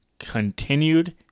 Continued